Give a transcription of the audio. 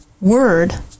word